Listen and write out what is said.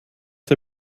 der